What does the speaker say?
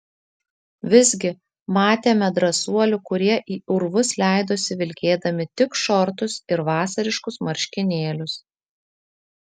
visgi matėme drąsuolių kurie į urvus leidosi vilkėdami tik šortus ir vasariškus marškinėlius